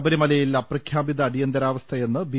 ശബരിമലയിൽ അപ്രഖ്യാപിത അടിയന്തരാവസ്ഥയെന്ന് ബി